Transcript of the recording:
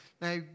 now